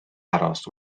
aros